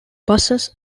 buses